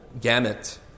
gamut